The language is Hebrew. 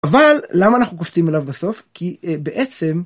אבל למה אנחנו קופצים אליו בסוף? כי בעצם...